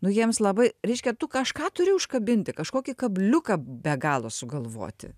nu jiems labai reiškia tu kažką turi užkabinti kažkokį kabliuką be galo sugalvoti